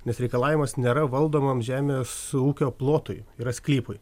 nes reikalavimas nėra valdomam žemės ūkio plotui yra sklypui